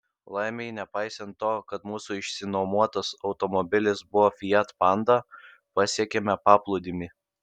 laimei nepaisant to kad mūsų išsinuomotas automobilis buvo fiat panda pasiekėme paplūdimį